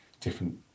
different